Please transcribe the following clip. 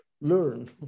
learn